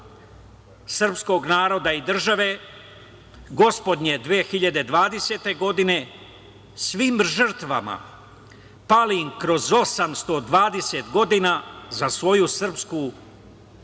srpskog naroda i države, gospodnje 2020. godine svim žrtvama palim kroz 820 godina za svoju srpsku veru,